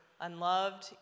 unloved